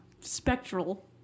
spectral